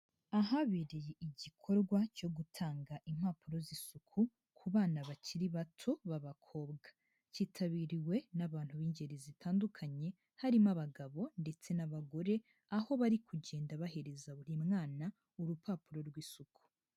Ahabereye igikorwa cyo gutanga impapuro z'isuku ku bana bakiri bato b'abakobwa. Cyitabiriwe n'abantu b'ingeri zitandukanye, harimo abagabo ndetse n'abagore, aho bari kugenda bahereza buri mwana, urupapuro rw'isuku.